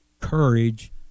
courage